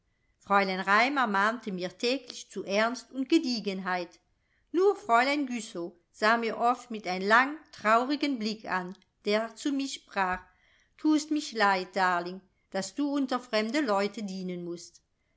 fräulein raimar mahnte mir täglich zu ernst und gediegenheit nur fräulein güssow sah mir oft mit ein lang traurigen blick an der zu mich sprach thust mich leid darling daß du unter fremde leute dienen mußt